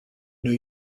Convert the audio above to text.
new